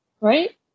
right